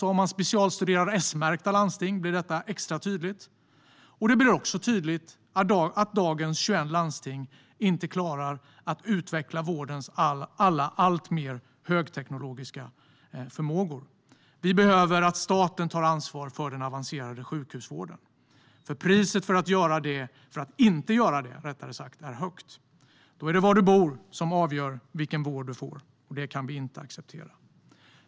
Om man specialstuderar Smärkta landsting blir detta extra tydligt. Det blir också tydligt att dagens 21 landsting inte klarar att utveckla vårdens alla alltmer högteknologiska förmågor. Vi behöver att staten tar ansvar för den avancerade sjukhusvården eftersom priset för att inte göra det är högt. Då är det var du bor som avgör vilken vård du får, och det kan vi inte acceptera.